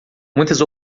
muitas